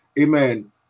amen